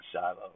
Shiloh